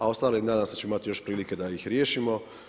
A ostali, nadam se da će imati još prilike da ih riješimo.